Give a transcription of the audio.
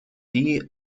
die